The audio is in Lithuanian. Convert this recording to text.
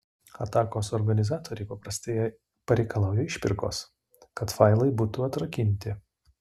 atakos organizatoriai paprastai pareikalauja išpirkos kad failai būtų atrakinti